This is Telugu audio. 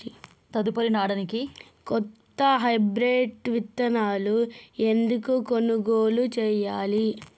తదుపరి నాడనికి కొత్త హైబ్రిడ్ విత్తనాలను ఎందుకు కొనుగోలు చెయ్యాలి?